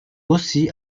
aussi